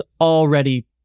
already